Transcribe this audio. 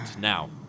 now